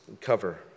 cover